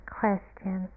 question